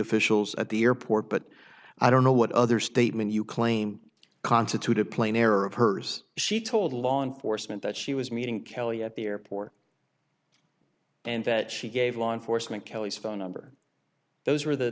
officials at the airport but i don't know what other statement you claim constitute a plane air or a purse she told law enforcement that she was meeting kelli at the airport and that she gave law enforcement kelly's phone number those are the